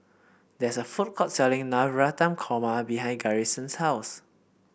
there is a food court selling Navratan Korma behind Garrison's house